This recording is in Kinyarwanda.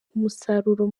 umusaruro